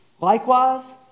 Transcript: ...Likewise